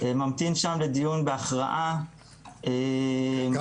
ממתין שם לדיון בהכרעה --- כמה זמן?